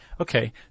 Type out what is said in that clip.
okay